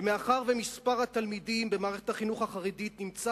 ומאחר שמספר התלמידים במערכת החינוך החרדית נמצא